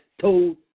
told